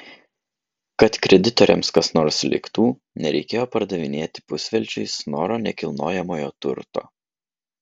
kad kreditoriams kas nors liktų nereikėjo pardavinėti pusvelčiui snoro nekilnojamojo turto